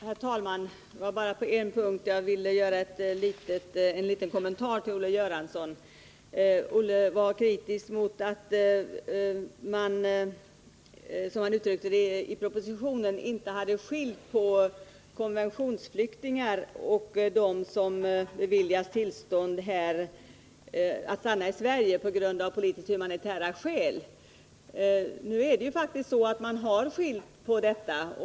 Herr talman! Bara på en punkt vill jag göra en liten kommentar till Olle Göranssons anförande. Han var kritisk mot att man i propositionen, som han uttryckte det, inte hade skilt på konventionsflyktingar och människor som beviljats tillstånd att stanna i Sverige på grund av politiskt-humanitära skäl. Men man har faktiskt skilt på detta.